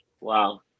wow